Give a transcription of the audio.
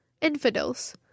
infidels